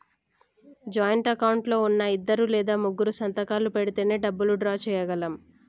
joint account లో ఉన్నా ఇద్దరు లేదా ముగ్గురూ సంతకాలు పెడితేనే డబ్బులు డ్రా చేయగలం